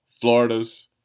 Floridas